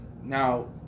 Now